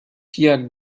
pijak